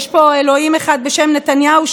יש פה אלוהים אחד בשם נתניהו,